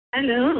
Hello